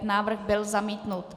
Návrh byl zamítnut.